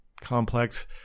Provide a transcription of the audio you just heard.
complex